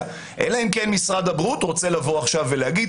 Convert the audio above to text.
אלא אם כן משרד הבריאות רוצה לבוא עכשיו ולומר,